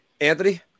Anthony